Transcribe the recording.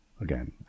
again